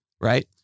Right